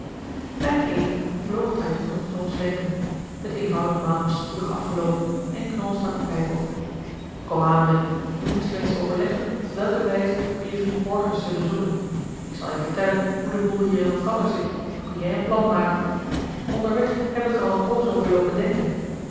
bij het eten vloog taipoen op knols wenken t eenvoudig maal was spoedig afgeloopen en knol stak eene pijp op kom aan willem nu moesten we eens overleggen op welke wijze wij je vriend borgers zullen zoeken ik zal je vertellen hoe de boel hier in elkander zit dan kun jij een plan maken onderweg heb ik er al een poos over loopen denken